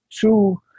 two